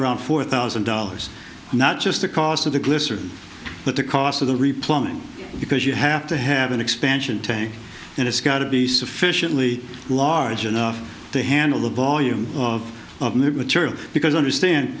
around four thousand dollars not just the cost of the glycerin but the cost of the replumbing because you have to have an expansion tank and it's got to be sufficiently large enough to handle the volume of new turf because understand